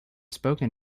spoken